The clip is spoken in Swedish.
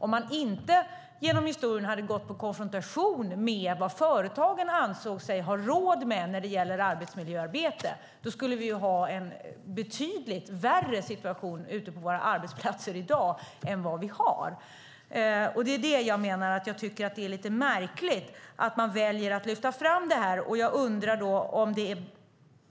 Om man genom historien inte hade gått i konfrontation med vad företagarna ansåg sig ha råd med när det gällde arbetsmiljöarbete skulle situationen ute på våra arbetsplatser i dag vara betydligt värre än vad den är. Det är därför jag menar att det är lite märkligt att man väljer att lyfta fram det här. Jag undrar då om det